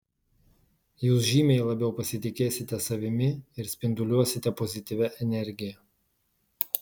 jūs žymiai labiau pasitikėsite savimi ir spinduliuosite pozityvia energija